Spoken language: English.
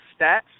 stats